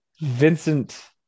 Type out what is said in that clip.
Vincent